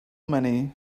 many